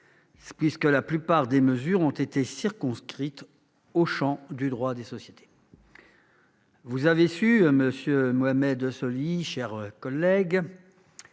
puisque la plupart des mesures ont été circonscrites au champ du droit des sociétés. Monsieur Mohamed Soilihi, cher collègue,